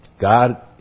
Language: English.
God